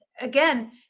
again